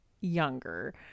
younger